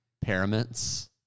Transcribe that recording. pyramids